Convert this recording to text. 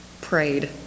prayed